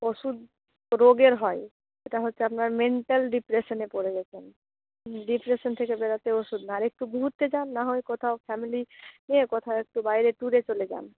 ওষুধ রোগের হয় এটা হচ্ছে আপনার মেন্টাল ডিপ্রেশনে পড়ে গিয়েছেন ডিপ্রেশন থেকে বেরোতে ওষুধ না আর একটু ঘুরতে যান না হয় কোথাও ফ্যামিলি নিয়ে কোথাও একটু বাইরে ট্যুরে চলে যান